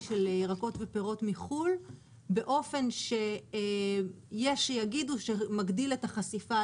של ירקות ופירות מחו"ל באופן שיש שיגידו שמגדיל את החשיפה